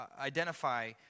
identify